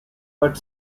but